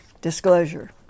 disclosure